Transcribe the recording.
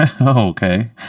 Okay